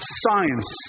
science